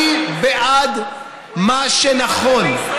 אני בעד מה שנכון,